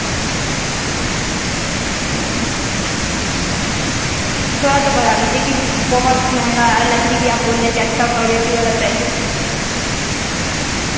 थोड़ा तो बढ़ा लीजिए क्योंकि बहुत महँगा है लकड़ी भी आप बोल रहे है कि अच्छा क्वालिटी वाला चाहिए